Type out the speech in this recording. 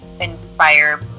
inspire